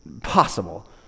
possible